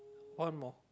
one more